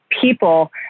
people